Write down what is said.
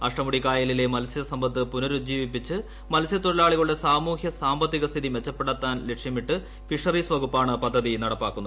അഷ്ടമുടിക്കായലിലെ മത്സൃസമ്പത്ത് പുന്നരുജ്ജീവിപ്പിച്ച് മത്സ്യത്തൊഴിലാളികളുടെ സാമൂഹിക്ട്സ്ട്രാമ്പത്തിക സ്ഥിതി മെച്ചപ്പെടുത്താൻ ലക്ഷ്യമിട്ട് ഫിഷറ്റീസ് പ്രകുപ്പാണ് പദ്ധതി നടപ്പാക്കുന്നത്